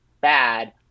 bad